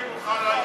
לחלופין ה'